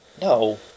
no